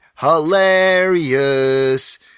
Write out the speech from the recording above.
hilarious